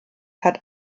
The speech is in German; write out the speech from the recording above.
hat